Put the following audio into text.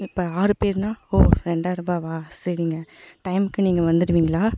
இப்போ ஆறு பேருன்னா ஓ ரெண்டாயிரம் ரூபாயா சரிங்க டைமுக்கு நீங்கள் வந்துவிடுவீங்களா